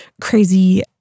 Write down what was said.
crazy